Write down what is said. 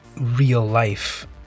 real-life